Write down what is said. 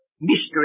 mystery